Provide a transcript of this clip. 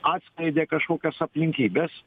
atskleidė kažkokias aplinkybes